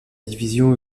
division